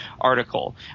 article